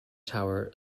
tower